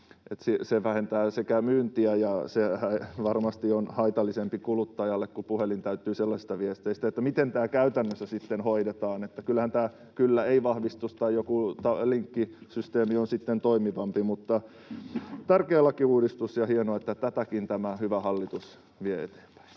sekä vähentää myyntiä että varmasti on haitallisempi kuluttajalle, kun puhelin täyttyy sellaisista viesteistä. Eli miten tämä käytännössä sitten hoidetaan? Kyllähän tämä kyllä/ei-vahvistus tai joku linkkisysteemi on toimivampi. Mutta tärkeä lakiuudistus, ja hienoa, että tätäkin tämä hyvä hallitus vie eteenpäin.